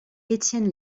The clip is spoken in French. étienne